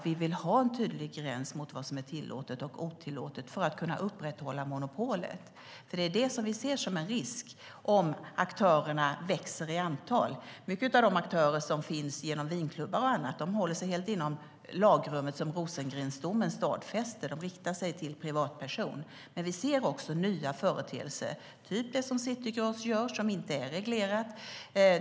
Vi vill ha en tydlig gräns mellan vad som är tillåtet och vad som är otillåtet för att kunna upprätthålla monopolet. Det finns en risk om aktörerna växer i antal. Många av de aktörer som finns, vinklubbar och andra, håller sig helt inom det lagrum som Rosengrendomen stadfäste. De riktar sig till privatpersoner. Men vi ser också nya företeelser, typ det som City Gross gör, som inte är reglerat.